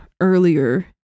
earlier